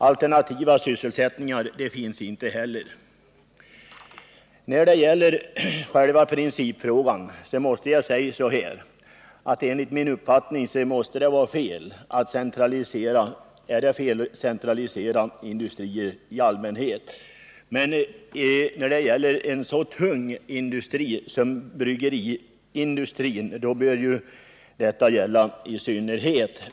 Alternativa sysselsättningar finns inte. Enligt min uppfattning måste det vara fel att centralisera industrier i allmänhet och en så tung industri som bryggeriindustrin i synnerhet.